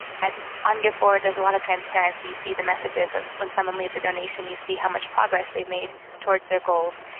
that on giveforward there's a lot of transparency you see the messages and when someone leaves a donation you see how much progress they've made towards their goals,